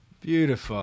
beautiful